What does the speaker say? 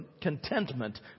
contentment